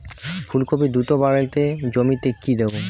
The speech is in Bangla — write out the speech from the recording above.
ফুলকপি দ্রুত বাড়াতে জমিতে কি দেবো?